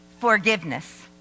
forgiveness